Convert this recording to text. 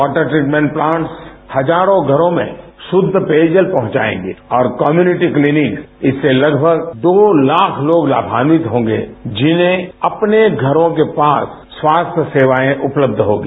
water treatment plants हजारों घरों में शुद्ध पेयजल पहुंचाएगे और कम्यूनिटी क्लीनिक से लगभग दो लाख लोग लाभान्वित होंगे जिन्हें अपने घरों के पास स्वास्थ्य सेवाएं उपलब्ध होगी